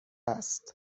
است